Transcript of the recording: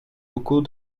locaux